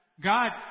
God